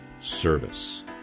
service